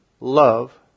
love